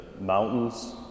mountains